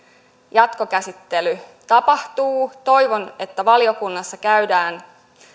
jatkokäsittely tapahtuu toivon että valiokunnassa käydään